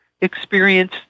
experience